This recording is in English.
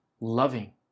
loving